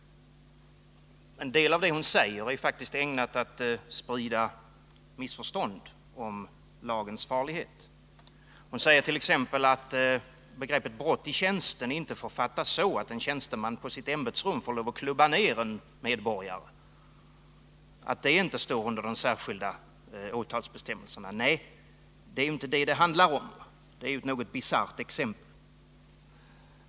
En del av det hon säger är faktiskt ägnat att sprida missförstånd om lagens farlighet. Hon sägert.ex. att begreppet brott i tjänsten inte får fattas så att en tjänsteman på sitt ämbetsrum får lov att klubba ner en medborgare — det står inte under de särskilda åtalsbestämmelserna. Det är ju inte det som det handlar om — det är ett något bisarrt exempel.